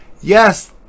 yes